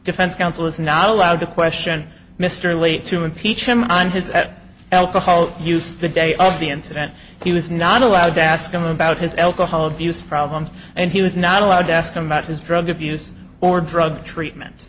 defense counsel is not allowed to question mr lay to impeach him on his at alcohol use the day of the incident he was not allowed to ask him about his alcohol abuse problems and he was not allowed to ask him about his drug abuse or drug treatment